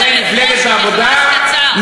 חברי מפלגת העבודה,